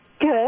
Good